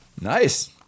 Nice